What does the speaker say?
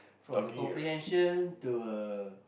from the comprehension to a